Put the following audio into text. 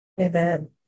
Amen